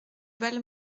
val